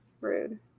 Rude